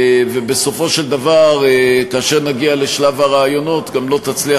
ובסופו של דבר כאשר נגיע לשלב הראיונות גם לא תצליח